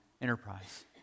enterprise